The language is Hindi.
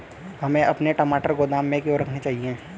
हमें अपने टमाटर गोदाम में क्यों रखने चाहिए?